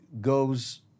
goes